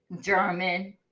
German